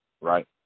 Right